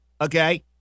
Okay